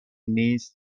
نیست